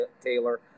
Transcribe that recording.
Taylor